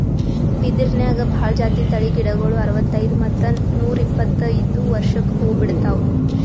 ಬಿದಿರ್ನ್ಯಾಗ್ ಭಾಳ್ ಜಾತಿ ತಳಿ ಗಿಡಗೋಳು ಅರವತ್ತೈದ್ ಮತ್ತ್ ನೂರ್ ಇಪ್ಪತ್ತೈದು ವರ್ಷ್ಕ್ ಹೂವಾ ಬಿಡ್ತಾವ್